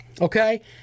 Okay